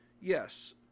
yes